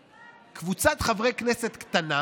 שקבוצת חברי כנסת קטנה